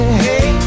hey